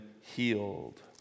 healed